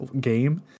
game